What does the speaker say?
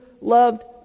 loved